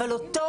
אבל אותו,